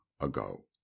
ago